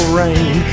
rain